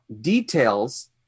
details